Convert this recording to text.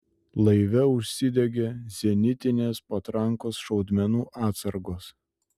laive užsidegė zenitinės patrankos šaudmenų atsargos